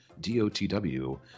dotw